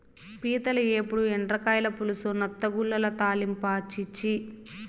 పీతల ఏపుడు, ఎండ్రకాయల పులుసు, నత్తగుల్లల తాలింపా ఛీ ఛీ